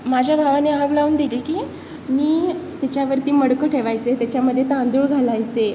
माझ्या भावाने आग लावून दिली की मी त्याच्यावरती मडकं ठेवायचे त्याच्यामध्ये तांदूळ घालायचे